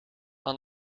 aan